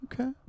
Okay